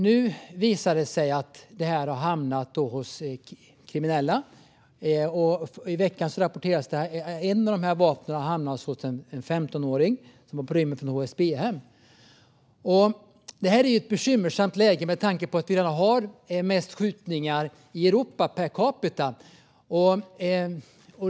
Nu visar det sig att vapnen hamnat hos kriminella, och i veckan rapporterades det att ett av dessa vapen hamnat hos en 15-åring som var på rymmen från ett HVB-hem. Detta är ett bekymmersamt läge med tanke på att vi redan har flest skjutningar i Europa per capita.